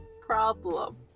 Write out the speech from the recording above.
problem